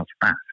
fast